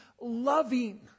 loving